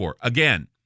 Again